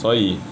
所以